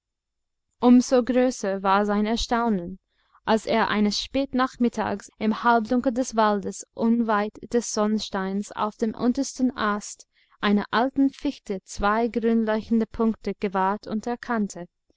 so größer war sein erstaunen als er eines spätnachmittags im halbdunkel des waldes unweit des sonnsteins auf dem untersten ast einer alten fichte zwei grünleuchtende punkte gewahrte und erkannte